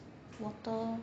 water